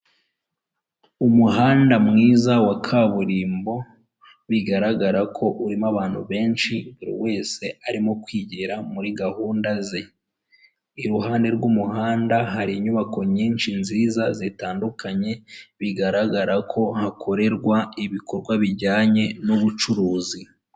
Umuhanda mwiza wa kaburimbo, bigaragara ko urimo abantu benshi buri wese arimo kwigira muri gahunda ze, iruhande rw'umuhanda hari inyubako nyinshi nziza zitandukanye, bigaragara ko hakorerwa ibikorwa bijyanye n'ubucuruzi.